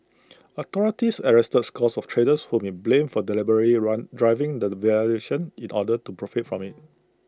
authorities arrested scores of traders whom IT blamed for deliberately run driving the devaluation in order to profit from IT